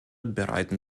bereiten